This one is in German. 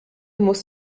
muss